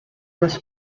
was